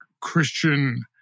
Christian